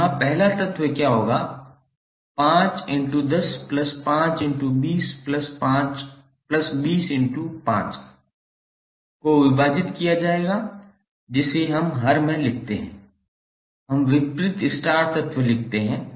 तो यहाँ पहला तत्व क्या होगा 5 into 10 plus 10 into 20 plus 20 into 5 को विभाजित किया जाएगा जिसे हम हर में लिखते हैं हम विपरीत स्टार तत्व लिखते हैं